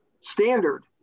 standard